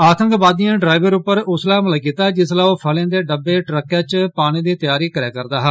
आतंकवादिएं ड्राईवर उप्पर उसलै हमला कीता जिसलै ओह् फलें दे डब्बे ट्रक इच पाने दी तैयारी करा'रदा ऐ